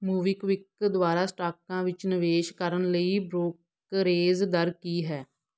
MobiKwik ਦੁਆਰਾ ਸਟਾਕਾਂ ਵਿੱਚ ਨਿਵੇਸ਼ ਕਰਨ ਲਈ ਬ੍ਰੋਕਰੇਜ ਦਰ ਕੀ ਹੈ